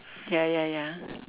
ya ya ya